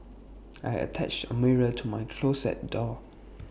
I attached A mirror to my closet door